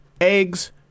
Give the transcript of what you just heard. eggs